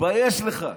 תתבייש לך.